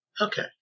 okay